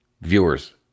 viewers